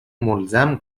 ملزم